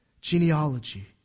genealogy